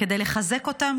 כדי לחזק אותן,